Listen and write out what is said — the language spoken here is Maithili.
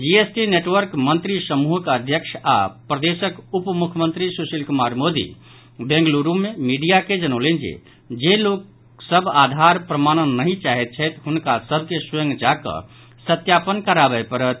जीएसटी नेटवर्क मंत्री समूहक अध्यक्ष आओर प्रदेशक उपमुख्यमंत्री सुशील कुमार मोदी बेंगलुरू मे मीडिया के जनौलनि जे जे लोकसभ आधार प्रमाणन नहि चाहैत छथि हुनका सभ के स्वयं जाकऽ सत्यापन कराबय परत